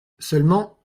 seulement